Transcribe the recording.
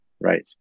Right